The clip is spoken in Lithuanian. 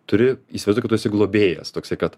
turi įsivaizduot kad tu globėjas toksai kad